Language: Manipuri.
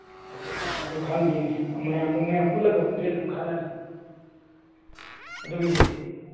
ꯑꯗꯨ ꯈꯪꯗꯦꯅꯦ ꯃꯌꯥꯝ ꯃꯌꯥꯝ ꯄꯨꯜꯂꯒꯕꯨꯗꯤ ꯑꯗꯨꯝ ꯈꯪꯉꯅꯤ ꯑꯗꯨꯒꯤꯕꯨꯗꯤ